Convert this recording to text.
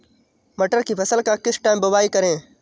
मटर की फसल का किस टाइम बुवाई करें?